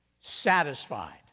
satisfied